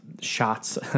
shots